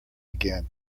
again